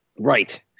Right